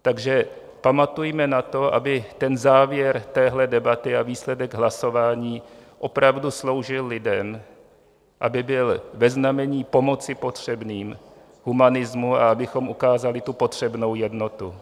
Takže pamatujme na to, aby závěr téhle debaty a výsledek hlasování opravdu sloužil lidem, aby byl ve znamení pomoci potřebným, humanismu a abychom ukázali tu potřebnou jednotu.